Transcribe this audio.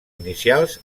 inicials